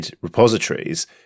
repositories